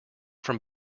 from